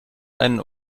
einen